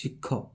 ଶିଖ